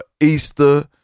Easter